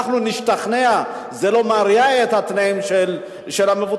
אם אנחנו נשתכנע שזה לא מרע את התנאים של המבוטחים,